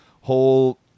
whole